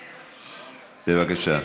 בבקשה.